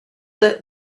that